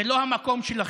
זה לא המקום שלכם.